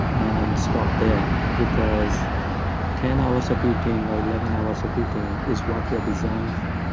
and stop there because ten hours of eating, or eleven hours of eating is what we are designed for.